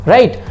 Right